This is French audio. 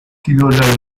quinola